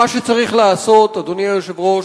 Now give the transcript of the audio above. מה שצריך לעשות, אדוני היושב-ראש,